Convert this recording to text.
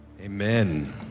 Amen